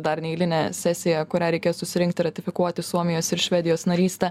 dar neeilinė sesija kurią reikės susirinkti ratifikuoti suomijos ir švedijos narystę